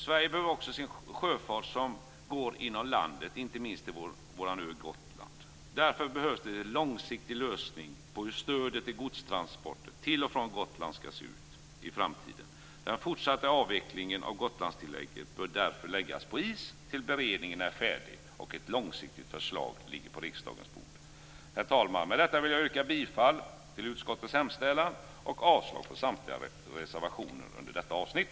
Sverige behöver också den sjöfart som går inom landet, inte minst till vår ö Gotland. Därför behövs det en långsiktig lösning på hur stödet till godstransporter till och från Gotland skall se ut i framtiden. Den fortsatta avvecklingen av Gotlandstilläget bör därför läggas på is tills beredningen är färdig och ett långsiktigt förslag ligger på riksdagens bord. Herr talman! Med detta vill jag yrka bifall till utskottets hemställan och avslag på samtliga reservationer under detta avsnitt.